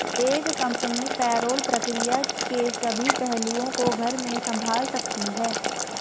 एक company payroll प्रक्रिया के सभी पहलुओं को घर में संभाल सकती है